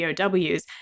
POWs